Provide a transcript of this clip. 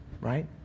Right